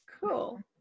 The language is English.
Cool